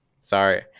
Sorry